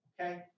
okay